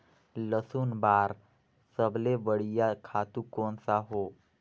लसुन बार सबले बढ़िया खातु कोन सा हो?